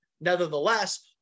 Nevertheless